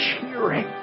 cheering